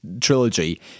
trilogy